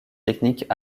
techniques